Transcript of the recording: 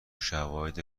شواهد